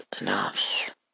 enough